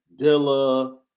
Dilla